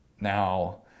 Now